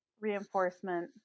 reinforcement